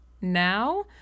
now